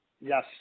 Yes